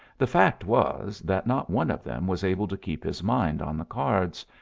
the fact was that not one of them was able to keep his mind on the cards,